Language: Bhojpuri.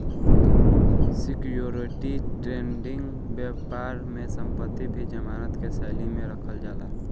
सिक्योरिटी ट्रेडिंग बैपार में संपत्ति भी जमानत के शैली में रखल जाला